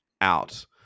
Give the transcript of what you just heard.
out